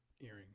earrings